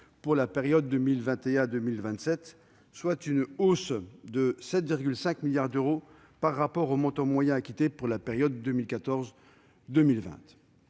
pour la période 2021-2027, soit une hausse de 7,5 milliards d'euros par rapport au montant moyen acquitté pour la période 2014-2020.